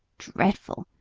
dreadful,